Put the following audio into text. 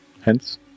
hence